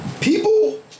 People